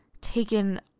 taken